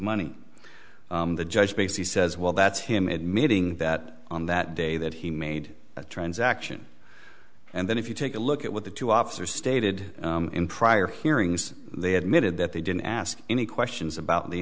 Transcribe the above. money the judge basically says well that's him admitting that on that day that he made a transaction and then if you take a look at what the two officers stated in prior hearings they had mid that they didn't ask any questions about the